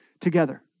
together